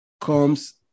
comes